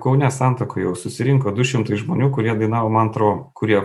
kaune santakoj jau susirinko du šimtai žmonių kurie dainavo mantrą om kurie